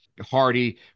Hardy